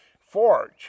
forge